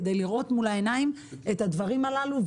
כדי לראות מול העיניים את הדברים הללו,